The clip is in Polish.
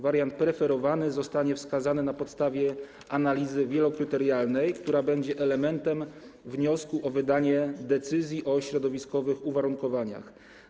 Wariant preferowany zostanie wskazany na podstawie analizy wielokryterialnej, która będzie elementem wniosku o wydanie decyzji o środowiskowych uwarunkowaniach.